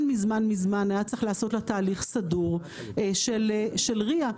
מזמן היה צריך לעשות לה תהליך סדור של ריא.